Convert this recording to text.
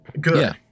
good